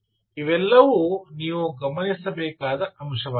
ಇವೆಲ್ಲವೂ ನೀವು ಗಮನಿಸಬೇಕಾದ ಅಂಶವಾಗಿದೆ